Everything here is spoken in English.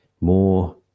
more